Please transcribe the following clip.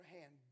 hand